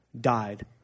died